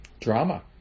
drama